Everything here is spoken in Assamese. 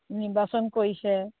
নিৰ্বাচন কৰিছে